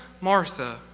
Martha